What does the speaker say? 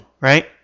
Right